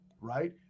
right